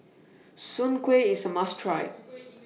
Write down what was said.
Soon Kuih IS A must Try